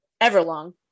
Everlong